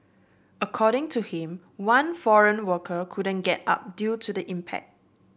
according to him one foreign worker couldn't get up due to the impact